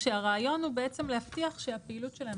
כשהרעיון הוא להבטיח שהפעילות שלהם,